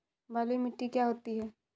बलुइ मिट्टी क्या होती हैं?